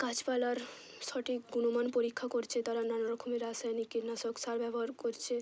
গাছপালার সঠিক গুণমান পরীক্ষা করছে তারা নানারখমের রাসায়নিক কীটনাশক সার ব্যবহার করছে